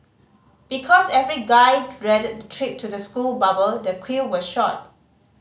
because every guy dreaded the trip to the school barber the queue was short